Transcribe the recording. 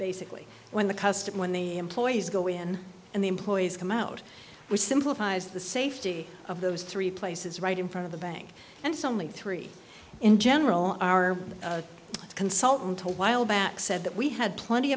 basically when the custom when the employees go in and the employees come out which simplifies the safety of those three places right in front of the bank and suddenly three in general are a consultant a while back said that we had plenty